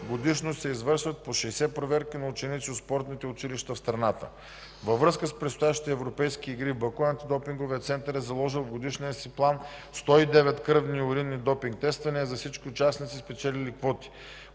Годишно се извършват по 60 проверки на ученици от спортните училища в страната. Във връзка с предстоящите европейски игри в Баку Антидопинговият център е заложил в годишния си план 109 кръвни и уринни допинг тествания за всички участници, спечелили квоти.